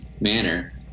manner